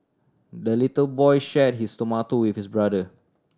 the little boy shared his tomato with his brother